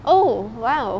oh !wow!